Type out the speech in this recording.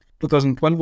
2012